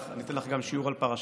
בבקשה.